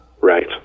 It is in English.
Right